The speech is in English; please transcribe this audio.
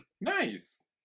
Nice